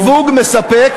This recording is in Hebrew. לנו אין סיווג מספק,